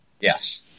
Yes